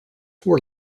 were